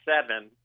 seven